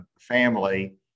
family